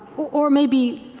or maybe